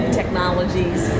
technologies